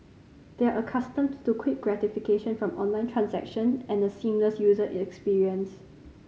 they are accustomed to quick gratification from online transaction and a seamless user experience